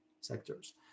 sectors